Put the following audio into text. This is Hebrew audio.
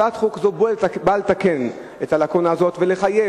הצעת חוק זו באה לתקן את הלקונה הזאת ולחייב